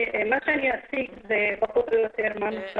מה שאני אציג זה פחות או יותר מה במחוז